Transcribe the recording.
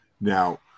Now